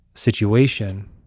situation